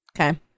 Okay